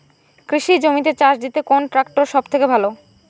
কৃষি জমিতে চাষ দিতে কোন ট্রাক্টর সবথেকে ভালো?